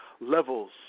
Levels